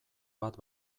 bat